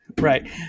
Right